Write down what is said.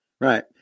Right